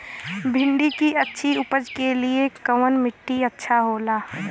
भिंडी की अच्छी उपज के लिए कवन मिट्टी अच्छा होला?